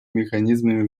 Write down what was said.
механизмами